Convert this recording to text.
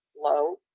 low